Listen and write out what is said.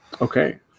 Okay